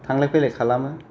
थांलाय फैलाय खालामो